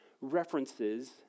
references